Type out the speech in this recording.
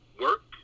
work